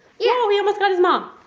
yeah we almost got his mom.